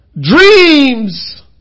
Dreams